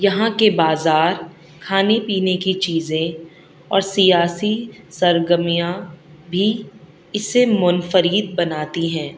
یہاں کے بازار کھانے پینے کی چیزیں اور سیاسی سرگرمیاں بھی اس سے منفرد بناتی ہیں